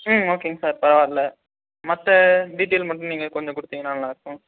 ம் ஓகேங்க சார் பரவாயில்லை மற்ற டீட்டெயில் மட்டும் நீங்கள் கொஞ்சம் கொடுத்தீங்கனா நல்லாயிருக்கும்